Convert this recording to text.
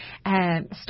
start